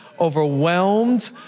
overwhelmed